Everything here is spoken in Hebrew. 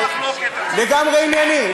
לגמרי ענייני.